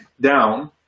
down